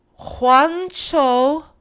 Juancho